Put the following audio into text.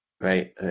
right